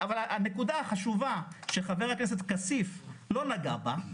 הנקודה החשובה שחבר הכנסת כסיף לא נגע בה,